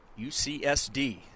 UCSD